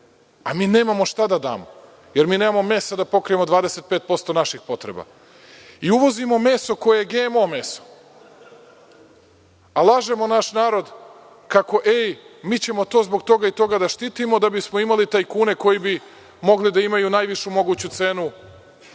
a mi nemamo šta da damo, jer nemamo mesa da pokrijemo 25% naših potreba i uvozimo meso koje GMO meso. Lažemo naš narod kako ćemo to zbog toga i toga da štitimo, da bismo imali tajkune koji bi mogli da imaju najvišu moguću cenu